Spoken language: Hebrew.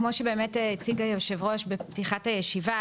כמו שבאמת הציג יושב הראש בפתיחת הישיבה,